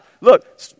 Look